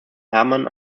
herman